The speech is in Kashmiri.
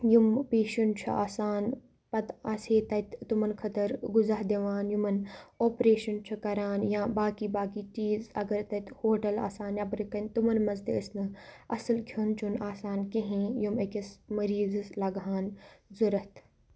یِم پیشَنٹ چھِ آسان پَتہٕ آسہے تَتہِ تِمَن خٲطر غزا دِوان یِمَن آپریشَن چھُ کَران یا باقٕے باقٕے چیٖز اگر تَتہِ ہوٹَل آسہَن نیٚبرٕ کَنہِ تمَن منٛز تہِ ٲسۍ نہٕ اَصٕل کھیٚون چوٚن آسان کِہیٖنۍ یِم أکِس مٔریٖضَس لَگہٕ ہَن ضوٚرَتھ